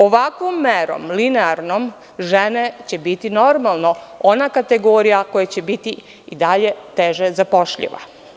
Ovakvom merom, linearnom, žene će biti, normalno, ona kategorija, koja će biti i dalje teže zapošljiva.